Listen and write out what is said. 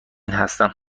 هستم